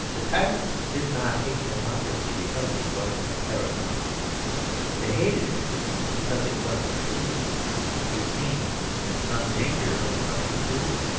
the tyrants did not hate democracy because it was a paradox they hated it because it was a truism which seemed in some danger of coming true.